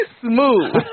smooth